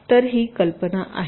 तर ही कल्पना आहे